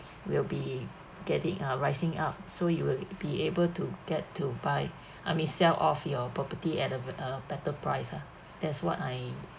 will be getting are rising up so you will be able to get to buy I mean sell off your property at uh a better price ah that's what I